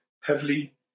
heavily